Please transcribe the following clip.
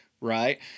Right